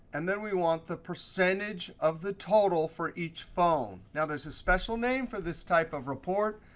and then we want the percentage of the total for each phone. now, there's a special name for this type of report,